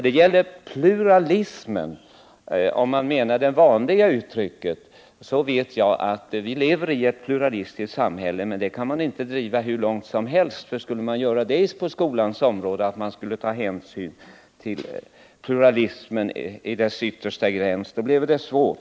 Beträffande pluralismén — om man låter uttrycket få den vanliga innebörden — så vet jag att vi lever i ett pluralistiskt samhälle. Men det kan man inte driva hur långt som helst. Skulle man på skolans område driva pluralismen till dess yttersta gräns, så bleve det besvärligt.